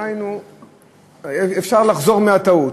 דהיינו אפשר לחזור מהטעות.